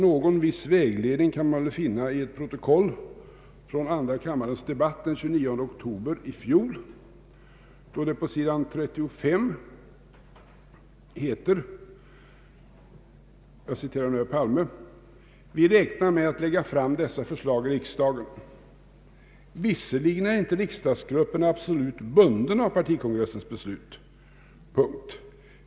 Någon vägledning kan vi få av ett protokoll från andra kammarens debatt den 29 oktober i fjol, då herr Palme säger följande: ”Vi räknar med att lägga fram dessa förslag i riksdagen. Visserligen är inte riksdagsgruppen absolut bunden av partikongressens beslut.